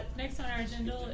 next on our agenda,